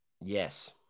Yes